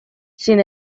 sin